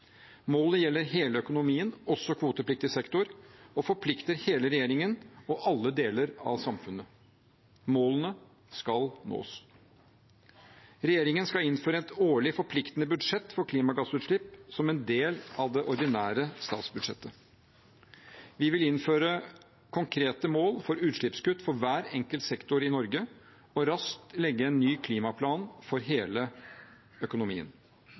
Målet gjelder hele økonomien, også kvotepliktig sektor, og forplikter hele regjeringen og alle deler av samfunnet. Målene skal nås. Regjeringen skal innføre et årlig forpliktende budsjett for klimagassutslipp som en del av det ordinære statsbudsjettet. Vi vil innføre konkrete mål for utslippskutt for hver enkelt sektor i Norge og raskt legge en ny klimaplan for hele økonomien.